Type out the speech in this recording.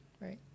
right